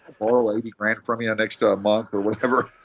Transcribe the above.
borrow eighty grand from you yeah next month or whatever?